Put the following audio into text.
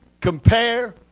Compare